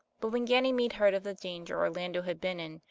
but when ganymede heard of the danger orlando had been in,